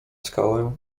skałę